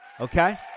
Okay